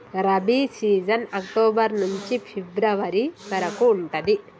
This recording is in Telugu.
రబీ సీజన్ అక్టోబర్ నుంచి ఫిబ్రవరి వరకు ఉంటది